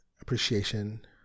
Appreciation